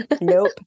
nope